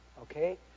Okay